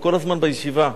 הוא כל הזמן בישיבה.